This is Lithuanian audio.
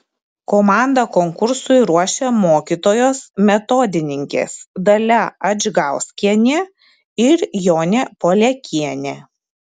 komandą konkursui ruošė mokytojos metodininkės dalia adžgauskienė ir jonė poliakienė